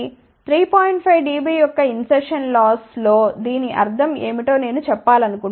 5 dB యొక్క insertion loss లో దీని అర్థం ఏమిటో నేను చెప్పాలనుకుంటున్నాను